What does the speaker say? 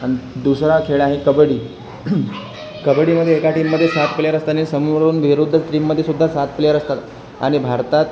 आणि दुसरा खेळ आहे कबड्डी कबड्डीमध्ये एका टीममध्ये सात प्लेयर असतात आणि समोरून विरुद्ध टीममध्येसुद्धा सात प्लेयर असतात आणि भारतात